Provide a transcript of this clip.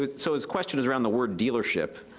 but so his question is around the word dealership.